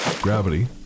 Gravity